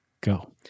Go